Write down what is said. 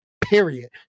Period